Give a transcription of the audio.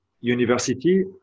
university